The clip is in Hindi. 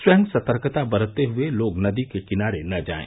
स्वयं सतर्कता बरतते हुये लोग नदी के किनारे न जाएं